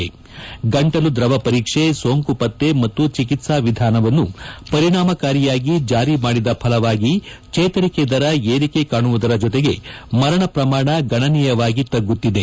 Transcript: ಗುಣಮಟ್ಟದ ಗಂಟಲು ಧ್ರವ ಪರೀಕ್ಷೆ ಸೋಂಕು ಪತ್ತೆ ಮತ್ತು ಚಿಕಿತ್ಲಾ ವಿಧಾನವನ್ನು ಪರಿಣಾಮಕಾರಿಯಾಗಿ ಜಾರಿ ಮಾಡಿದ ಫಲವಾಗಿ ಜೇತರಿಕೆ ದರ ಏರಿಕೆ ಕಾಣುವ ಜತೆಗೆ ಮರಣ ಪ್ರಮಾಣ ಗಣನೀಯವಾಗಿ ತಗ್ಗುತ್ತಿದೆ